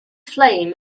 flame